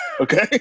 Okay